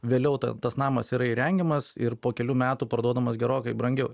vėliau ta tas namas yra įrengiamas ir po kelių metų parduodamas gerokai brangiau